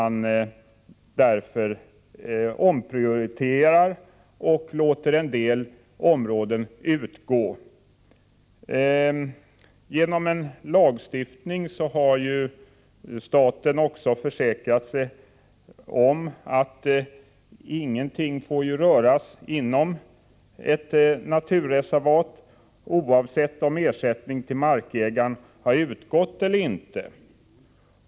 Vi måste omprioritera och låta en del områden utgå. Genom lagstiftning har staten försäkrat sig om att ingenting får röras inom ett naturreservat, oavsett om ersättning till markägaren har utgått eller inte.